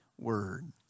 word